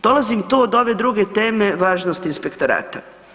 Dolazim tu od ove druge teme važnosti inspektorata.